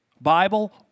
Bible